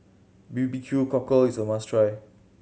B B Q Cockle is a must try